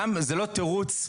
זה לא תירוץ,